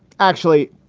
actually,